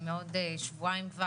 מעוד שבועיים כבר,